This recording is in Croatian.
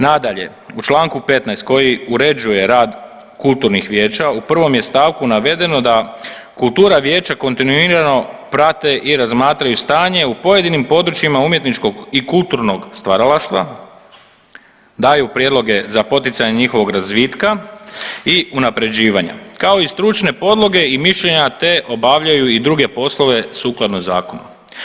Nadalje, u čl. 15 koji uređuje rad kulturnih vijeća, u 1. je stavku navedeno da kultura vijeća kontinuirano prate i razmatraju stanje u pojedinim područjima umjetničkog i kulturnog stvaralaštva, daju prijedloge za poticanje njihovog razvitka i unaprjeđivanja, kao i stručne podloge i mišljenja te obavljaju i druge poslove sukladno Zakonu.